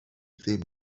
ddim